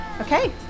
Okay